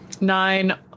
nine